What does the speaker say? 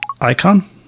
icon